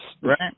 Right